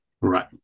Right